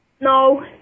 No